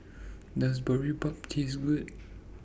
Does Boribap Taste Good